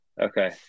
okay